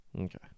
Okay